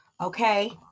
Okay